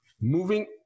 Moving